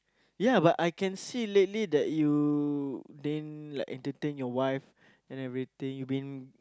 ya but I can see lately that you didn't like entertain your wife and everything you been